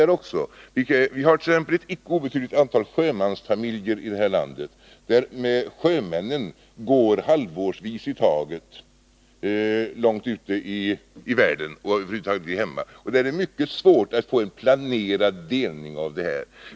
Vi har här i landet ett icke obetydligt antal sjömansfamiljer, där sjömännen halvårsvis i taget befinner sig långt borta i världen och över huvud taget inte är hemma. I de fallen är det mycket svårt att få en planerad delning av barnledigheten.